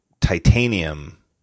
titanium